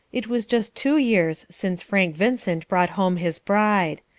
it was just two years since frank vincent brought home his bride.